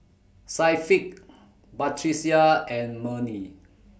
Syafiqah Batrisya and Murni